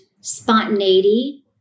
spontaneity